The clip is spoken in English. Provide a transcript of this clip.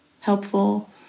helpful